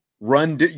run